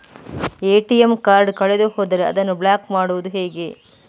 ATM card ಕಳೆದು ಹೋದರೆ ಅದನ್ನು ಬ್ಲಾಕ್ ಮಾಡುವುದು ಹೇಗೆ?